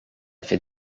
fait